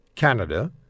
Canada